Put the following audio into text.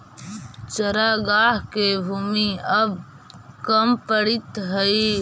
चरागाह के भूमि अब कम पड़ीत हइ